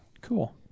Cool